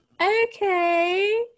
okay